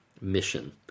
mission